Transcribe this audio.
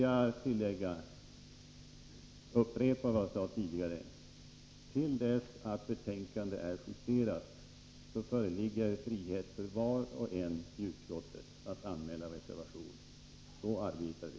Jag vill också upprepa det jag sade tidigare: Till dess att ett betänkande är justerat föreligger frihet för var och en i utskottet att anmäla reservation. Så arbetar vi.